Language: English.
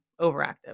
overactive